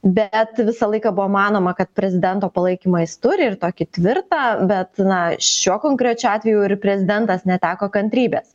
bet visą laiką buvo manoma kad prezidento palaikymą jis turi ir tokį tvirtą bet na šiuo konkrečiu atveju ir prezidentas neteko kantrybės